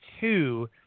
two